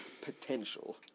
Potential